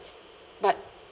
but